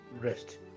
rest